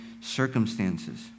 circumstances